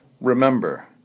Remember